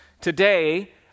Today